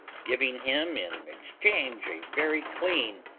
giving him in exchange a very clean,